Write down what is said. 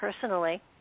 personally